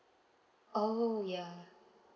oh ya